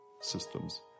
systems